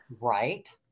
Right